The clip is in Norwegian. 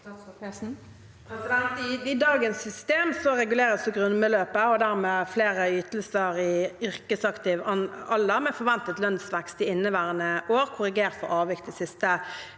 I dagens system reguleres grunnbeløpet og dermed flere ytelser for folk i yrkesaktiv alder med forventet lønnsvekst i inneværende år, korrigert for avvik de siste